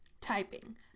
Typing